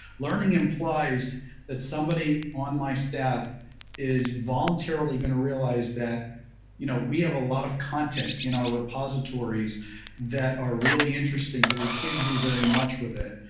learning implies that somebody on my staff is voluntarily going to realize that you know we have a lot of content in our repositories that are really interesting, but we can't do very much with it.